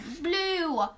blue